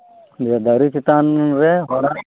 ᱡᱮ ᱫᱟᱨᱤ ᱪᱮᱛᱟᱱ ᱨᱮ ᱦᱚᱲᱟᱜ